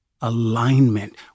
alignment